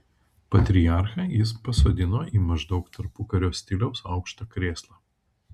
patriarchą jis pasodino į maždaug tarpukario stiliaus aukštą krėslą